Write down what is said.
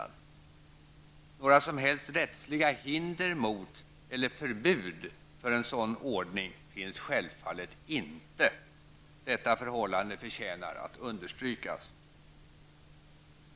Några som helst rättsliga hinder eller förbud mot en sådan ordning finns självfallet inte. Detta förhållande förtjänar att understrykas.